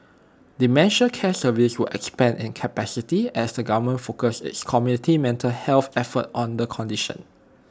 dementia care services will expand in capacity as the government focuses its community mental health efforts on the condition